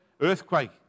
Earthquake